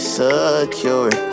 secure